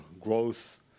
growth